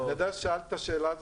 --- ששאלת את השאלה הזאת,